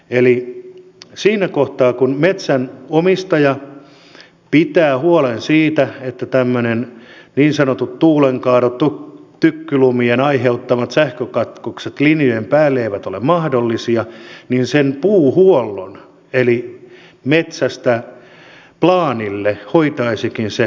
eli siinä kohtaa kun metsänomistaja pitäisi huolen siitä että tämmöiset niin sanotut tuulenkaadot tykkylumien aiheuttamat sähkökatkokset linjojen päälle eivät ole mahdollisia niin sen puuhuollon eli metsästä plaanille hoitaisikin se verkon haltija